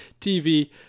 tv